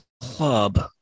club